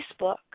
Facebook